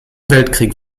weltkrieg